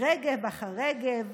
/ רגב אחר רגב,